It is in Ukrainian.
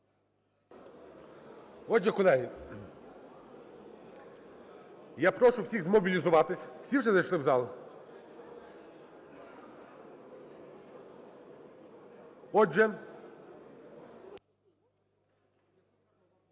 Отже, колеги, я прошу всіх змобілізуватись, всі вже зайшли в зал? Отже…